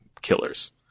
killers